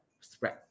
spread